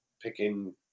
picking